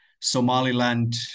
Somaliland